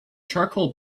charcoal